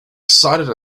excited